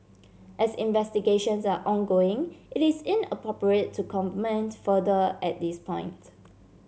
as investigations are ongoing it is inappropriate to comment further at this point